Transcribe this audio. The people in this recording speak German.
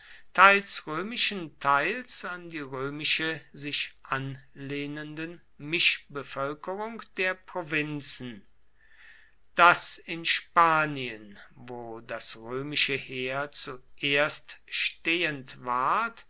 teils römischen teils an die römische sich anlehnenden mischbevölkerung der provinzen daß in spanien wo das römische heer zuerst stehend ward